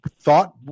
thought